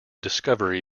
discovery